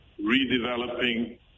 redeveloping